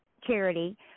charity